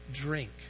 drink